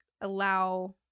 allow